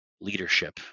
leadership